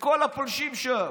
לכל הפולשים שם,